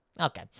Okay